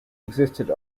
existed